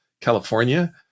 California